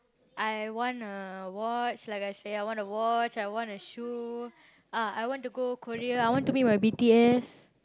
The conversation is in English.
I want a watch like I said I want a watch I want a shoe ah I want to go Korea I want to meet my B_T_S